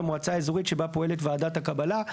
המועצה האזורית שבה פועלת ועדת הקבלה.